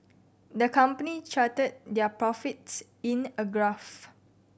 the company charted their profits in a graph